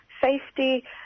safety